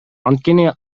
анткени